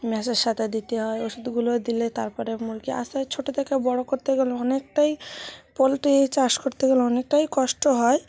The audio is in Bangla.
ম্যাশের সাথে দিতে হয় ওষুধগুলো দিলে তার পরে মুরগি আস্তে আস্তে ছোট থেকে বড় করতে গেলে অনেকটাই পোলট্রি চাষ করতে গেলে অনেকটাই কষ্ট হয়